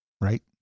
right